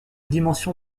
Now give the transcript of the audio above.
dimension